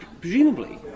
presumably